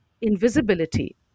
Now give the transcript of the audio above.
invisibility